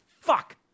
fuck